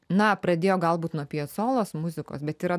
na pradėjo galbūt nuo piecolos muzikos bet yra